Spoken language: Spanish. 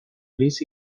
gris